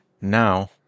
Now